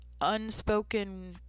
unspoken